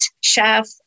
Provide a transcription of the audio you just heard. chef